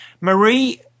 Marie